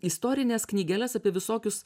istorines knygeles apie visokius